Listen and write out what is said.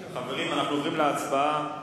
חברים, אנחנו עוברים להצבעה.